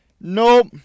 nope